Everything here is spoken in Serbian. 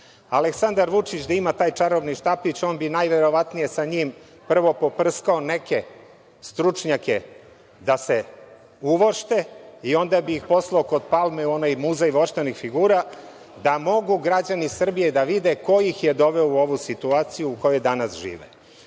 Aleksandar Vučić da ima taj čarobni štapić, on bi najverovatnije sa njim prvo poprskao neke stručnjake da se uvošte i onda bi ih poslao kod Palme u onaj muzej voštanih figura, da mogu građani Srbije da vide ko ih je doveo u ovu situaciju u kojoj danas žive. Zato